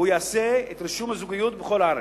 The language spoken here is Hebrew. והוא יעשה את רישום הזוגיות בכל הארץ.